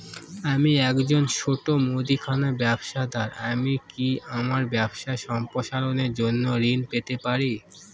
আমি একজন ছোট মুদিখানা ব্যবসাদার আমি কি আমার ব্যবসা সম্প্রসারণের জন্য ঋণ পেতে পারি?